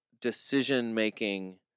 decision-making